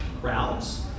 crowds